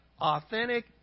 authentic